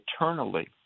eternally